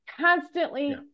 constantly